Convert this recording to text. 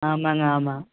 ஆமாங்க ஆமாம்